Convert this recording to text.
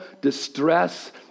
distress